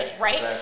right